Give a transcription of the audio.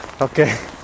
Okay